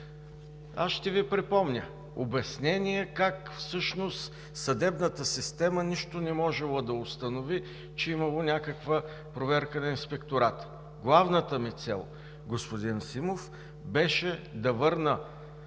Аз ще Ви припомня обяснение как всъщност съдебната система нищо не можела да установи, че имало някаква проверка на Инспектората. Главната ми цел, господин Симов, беше да върна,